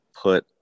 put